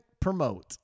promote